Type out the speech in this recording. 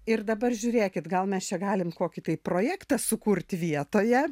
ir dabar žiūrėkit gal mes čia galime kokį tai projektą sukurti vietoje